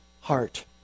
heart